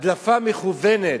הדלפה מכוונת,